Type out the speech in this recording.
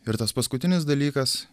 ir tas paskutinis dalykas